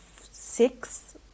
six